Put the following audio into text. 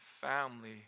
family